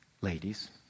ladies